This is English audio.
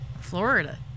Florida